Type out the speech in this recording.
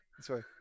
sorry